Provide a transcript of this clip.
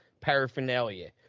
paraphernalia